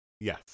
Yes